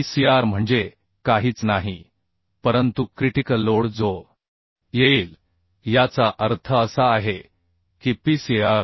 P cr म्हणजे काहीच नाही परंतु क्रिटिकल लोड क्रिटिकल लोड जो येईल याचा अर्थ असा आहे की P cr